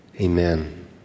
Amen